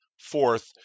fourth